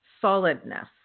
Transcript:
solidness